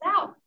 out